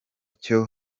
cyo